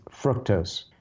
fructose